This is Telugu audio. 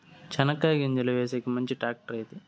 చెనక్కాయ గింజలు వేసేకి మంచి టాక్టర్ ఏది?